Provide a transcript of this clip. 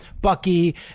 Bucky